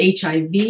HIV